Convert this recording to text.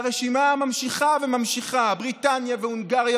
והרשימה נמשכת ונמשכת: בריטניה והונגריה